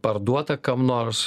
parduota kam nors